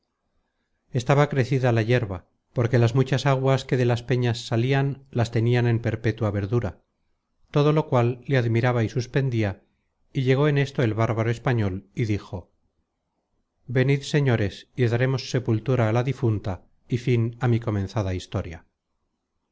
estaba crecida la yerba porque las muchas aguas que de las peñas salian las tenian en perpétua verdura todo lo cual le admiraba y suspendia y llegó en esto el bárbaro español y dijo venid señores y darémos sepultura a la difunta y fin á mi comenzada historia